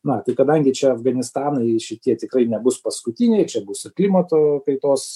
na tai kadangi čia afganistanai šitie tikrai nebus paskutiniai čia bus ir klimato kaitos